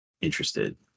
interested